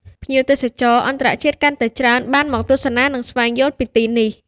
ភ្ញៀវទេសចរអន្តរជាតិកាន់តែច្រើនបានមកទស្សនា និងស្វែងយល់ពីទីនេះ។